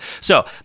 So-